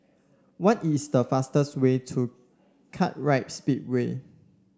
what is the fastest way to Kartright Speedway